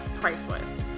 priceless